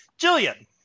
Jillian